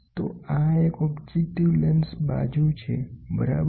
તો આ એક ઓબજેક્ટિવ લેન્સ બાજુ છે બરાબર